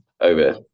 over